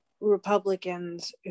Republicans